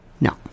No